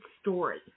story